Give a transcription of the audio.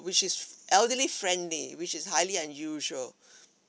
which is elderly friendly which is highly unusual